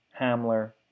Hamler